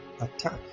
attack